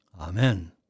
Amen